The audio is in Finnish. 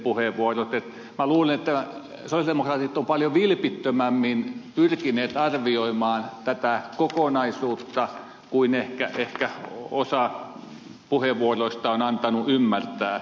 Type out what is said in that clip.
minä luulen että sosialidemokraatit ovat paljon vilpittömämmin pyrkineet arvioimaan tätä kokonaisuutta kuin ehkä osa puheenvuoroista on antanut ymmärtää